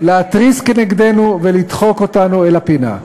להתריס כנגדנו ולדחוק אותנו אל הפינה.